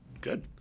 good